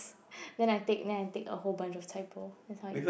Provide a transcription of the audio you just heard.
then I take then I take a whole bunch of chai-poh that's how I eat it